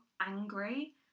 angry